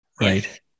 Right